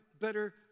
better